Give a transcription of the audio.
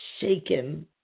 shaken